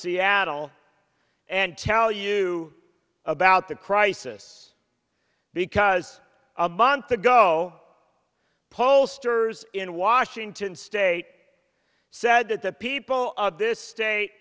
seattle and tell you about the crisis because a month ago pollsters in washington state said that the people of this sta